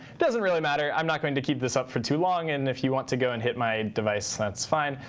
doesn't really matter. i'm not going to keep this up for too long. and if you want to go and hit my device, that's fine.